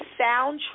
soundtrack